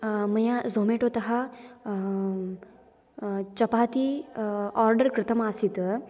मया ज़ोमेटो तः चपाति आर्डर् कृतमासीत्